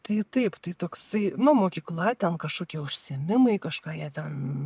tai taip tai toksai nu mokykla ten kažkokie užsiėmimai kažką jie ten